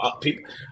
people